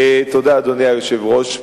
תודה, אדוני היושב-ראש.